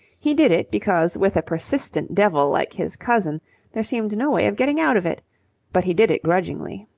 he did it because with a persistent devil like his cousin there seemed no way of getting out of it but he did it grudgingly.